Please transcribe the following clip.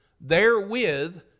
therewith